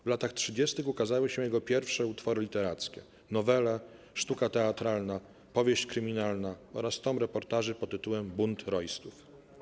W latach 30. ukazały się jego pierwsze utwory literackie: nowele, sztuka teatralna, powieść kryminalna oraz tom reportaży pt. 'Bunt rojstów'